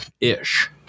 ish